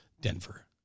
Denver